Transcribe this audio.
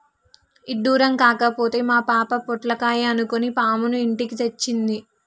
ఇడ్డురం కాకపోతే మా పాప పొట్లకాయ అనుకొని పాముని ఇంటికి తెచ్చింది